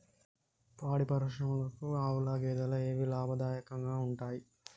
పాడి పరిశ్రమకు ఆవుల, గేదెల ఏవి లాభదాయకంగా ఉంటయ్?